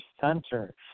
center